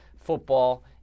football